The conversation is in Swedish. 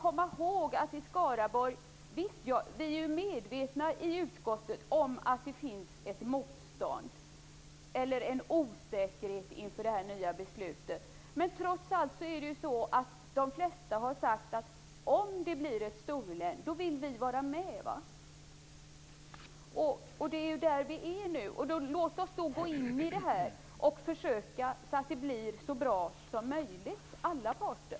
I utskottet är vi medvetna om att det finns ett motstånd, eller en osäkerhet inför det här nya beslutet. Men trots allt har de flesta sagt att de vill vara med om det blir ett storlän. Det är där vi är nu. Låt oss gå in i detta försök och se till att det blir så bra som möjligt för alla parter.